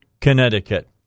Connecticut